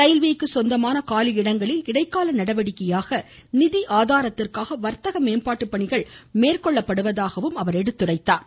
ரயில்வேக்கு சொந்தமான காலி இடங்களில் இடைக்கால நடவடிக்கையாக நிதி ஆதாரத்திற்காக வர்த்தக மேம்பாட்டு பணிகள் மேற்கொள்ளப்படுவதாக குறிப்பிட்டார்